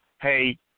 hey